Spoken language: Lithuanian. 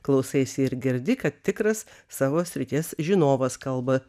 klausaisi ir girdi kad tikras savo srities žinovas kalba